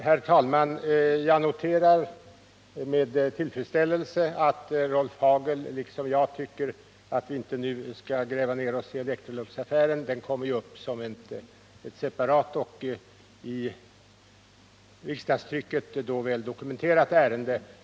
Herr talman! Jag noterar med tillfredsställelse att Rolf Hagel liksom jag tycker att vi nu inte skall gräva ner oss i Electroluxaffären. Den kommer ju upp som ett separat och i riksdagstrycket då väl dokumenterat ärende.